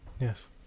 Yes